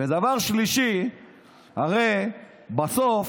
3. הרי בסוף